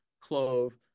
clove